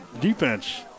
defense